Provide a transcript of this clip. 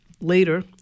later